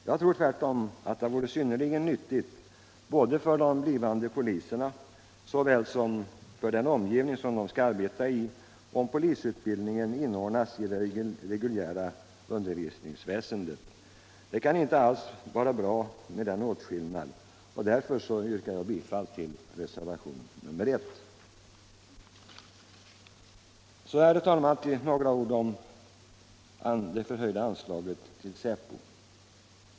Jag tror tvärtom att det vore synnerligen nyttigt både för de blivande poliserna och för den omgivning som de skall arbeta i om polisutbildningen inordnas i det reguljära undervisningsväsendet. Det kan inte alls vara bra med denna åtskillnad. Därför yrkar jag bifall till reservationen 1. Så, herr talman, några ord om det förhöjda anslaget till säpo.